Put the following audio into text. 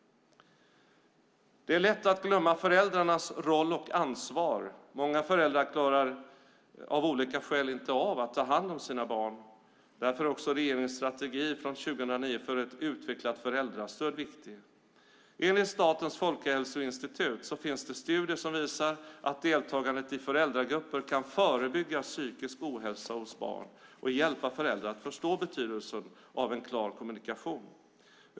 Det är lätt att glömma föräldrarnas roll och ansvar. Många föräldrar klarar av olika skäl inte av att ta hand om sina barn. Därför är också regeringens strategi från 2009 för ett utvecklat föräldrastöd viktig. Enligt Statens folkhälsoinstitut finns det studier som visar att deltagandet i föräldragrupper kan förebygga psykisk ohälsa hos barn och hjälpa föräldrar att förstå betydelsen av en klar kommunikation.